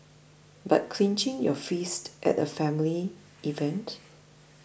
but clenching your fists at a family event